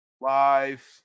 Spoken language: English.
Live